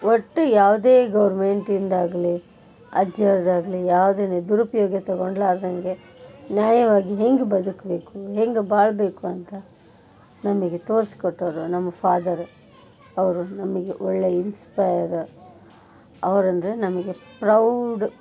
ಒಟ್ಟು ಯಾವುದೇ ಗೌರ್ಮೆಂಟಿಂದಾಗಲೀ ಅಜ್ಜಾರ್ದಾಗಲೀ ಯಾವುದನ್ನು ದುರುಪಯೋಗಕ್ಕೆ ತೊಗೊಂಡ್ಲಾರದಂಗೆ ನ್ಯಾಯವಾಗಿ ಹೇಗ್ ಬದುಕಬೇಕು ಹೇಗ್ ಬಾಳಬೇಕು ಅಂತ ನಮಗೆ ತೋರಿಸ್ಕೊಟ್ಟೋರು ನಮ್ಮ ಫಾದರು ಅವರು ನಮಗೆ ಒಳ್ಳೆ ಇನ್ಸ್ಪೈರ ಅವರಂದ್ರೆ ನಮಗೆ ಪ್ರೌಡ್